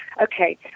Okay